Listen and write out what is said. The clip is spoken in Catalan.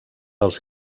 als